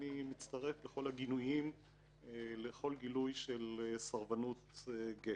אני מצטרף לכל הגינויים לכל גילוי של סרבנות גט.